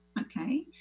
okay